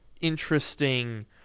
interesting